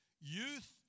youth